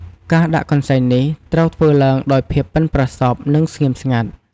ការដាក់កន្សែងនេះត្រូវធ្វើឡើងដោយភាពប៉ិនប្រសប់ និងស្ងៀមស្ងាត់។